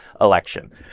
election